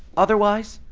otherwise,